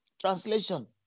translation